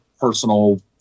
personal